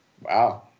wow